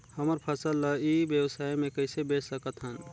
हमर फसल ल ई व्यवसाय मे कइसे बेच सकत हन?